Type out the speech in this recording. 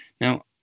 Now